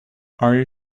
are